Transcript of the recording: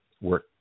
work